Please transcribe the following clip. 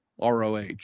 ROH